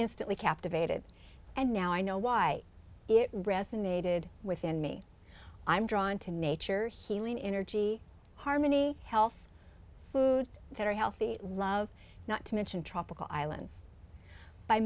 instantly captivated and now i know why it resonated within me i'm drawn to nature healing energy harmony health food that are healthy not to mention tropical